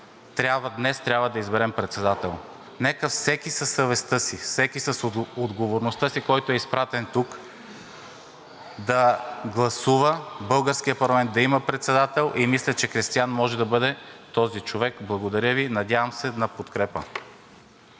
днес трябва да изберем председател. Нека всеки със съвестта си, всеки с отговорността си, всеки, който е изпратен тук, да гласува българският парламент да има председател и мисля, че Кристиан може да бъде този човек. Благодаря Ви. Надявам се на подкрепа.